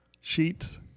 sheets